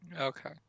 Okay